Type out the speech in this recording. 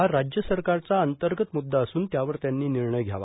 हा राज्य सरकारचा अंतर्गत मुद्दा असून त्यावर त्यांनी निर्णय घ्यावा